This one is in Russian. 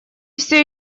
все